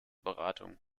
beratung